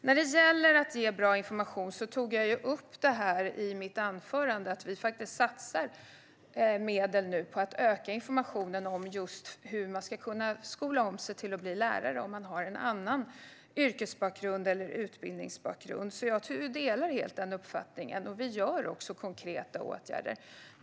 När det gäller att ge bra information tog jag i mitt anförande upp att vi nu faktiskt satsar medel på att öka informationen om just hur man ska kunna skola om sig till att bli lärare om man har en annan yrkesbakgrund eller utbildningsbakgrund. Jag delar därför helt denna uppfattning. Vi vidtar också konkreta åtgärder.